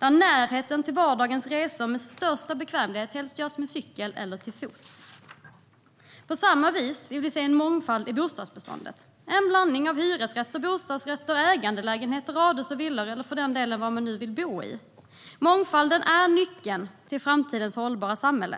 där närheten till vardagens resor med största bekvämlighet helst sker med cykel eller till fots. På samma vis vill vi se en mångfald i bostadsbeståndet, en blandning av hyresrätter, bostadsrätter, ägarlägenheter, radhus och villor eller vad man nu vill bo i. Mångfalden är nyckeln till framtidens hållbara samhälle.